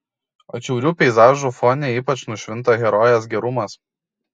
atšiaurių peizažų fone ypač nušvinta herojės gerumas